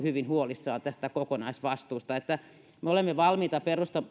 hyvin huolissaan tästä kokonaisvastuusta että me olemme valmiita